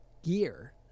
gear